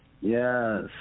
yes